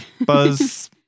buzz